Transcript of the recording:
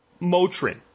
Motrin